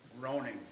groaning